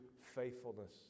faithfulness